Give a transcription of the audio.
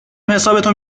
حسابتو